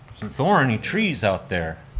thorny trees out there.